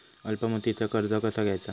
अल्प मुदतीचा कर्ज कसा घ्यायचा?